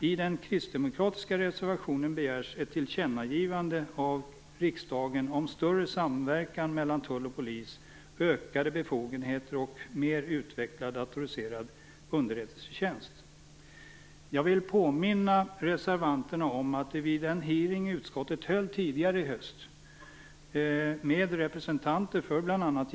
I den kristdemokratiska reservationen begärs ett tillkännagivande från riksdagen om större samverkan mellan tull och polis, ökade befogenheter och mer utvecklad datoriserad underrättelsetjänst. Jag vill påminna reservanterna om att det vid den hearing utskottet höll tidigare i höstas med representanter för bl.a.